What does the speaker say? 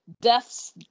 death's